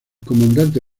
comandante